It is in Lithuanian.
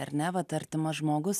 ar ne vat artimas žmogus